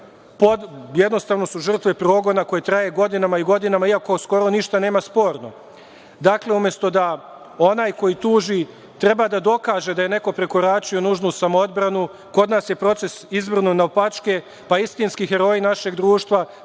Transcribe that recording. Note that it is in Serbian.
jednostavno su žrtve progona koji traje godinama i godinama, iako skoro ništa nema sporno. Dakle, umesto da onaj koji tuži treba da dokaže da je neko prekoračio nužnu samoodbranu, kod nas je proces izvrnut naopačke, pa istinski heroji našeg društva,